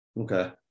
Okay